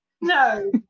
No